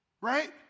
Right